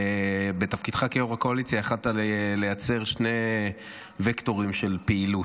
ובתפקידך כיו"ר הקואליציה יכולת לייצר שני וקטורים של פעילות: